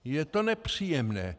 Je to nepříjemné.